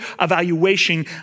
evaluation